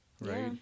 Right